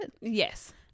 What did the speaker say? Yes